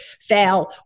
fail